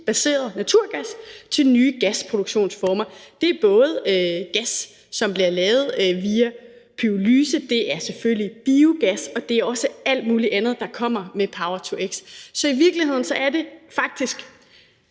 baserede naturgas til nye gasproduktionsformer. Det er både gas, som bliver lavet via pyrolyse, og det er selvfølgelig biogas, og det er også alt muligt andet, der kommer med power-to-x. Selv om det er en lille